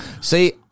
See